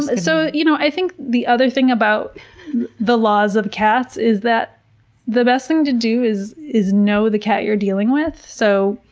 so you know i think the other thing about the laws of cats is that the best thing to do is is know the cat you're dealing with. so,